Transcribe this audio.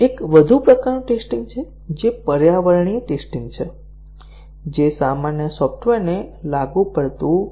એક વધુ પ્રકારનું ટેસ્ટીંગ જે પર્યાવરણીય ટેસ્ટીંગ છે જે સામાન્ય સોફ્ટવેરને લાગુ પડતું નથી